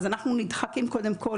אז אנחנו נדחקים קודם כול